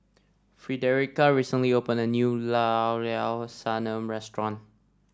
frederica recently opened a new Llao Llao Sanum restaurant